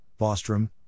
Bostrom